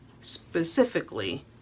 specifically